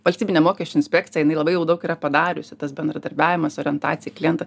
valstybinė mokesčių inspekcija jinai labai jau daug yra padariusi tas bendradarbiavimas orientacija į klientą